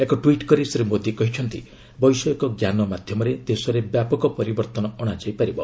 ଏକ ଟ୍ପିଟ୍ କରି ଶ୍ରୀ ମୋଦି କହିଛନ୍ତି ବୈଷୟିକ ଜ୍ଞାନ ମାଧ୍ୟମରେ ଦେଶରେ ବ୍ୟାପକ ପରିବର୍ତ୍ତନ ଅଣାଯାଇ ପାରିବ